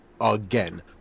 again